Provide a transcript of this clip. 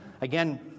Again